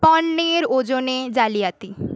পণ্যের ওজনে জালিয়াতি